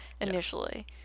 initially